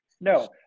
No